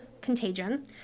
contagion